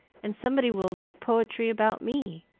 and somebody will make poetry about me.